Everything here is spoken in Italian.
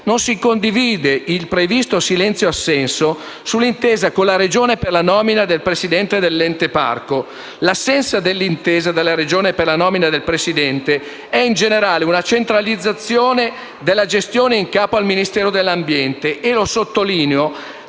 non si condivide il previsto silenzio-assenso sull'intesa con la Regione per la nomina del presidente dell'Ente parco. L'assenza dell'intesa della Regione per la nomina del presidente è in generale una centralizzazione della gestione in capo al Ministero dell'ambiente e della tutela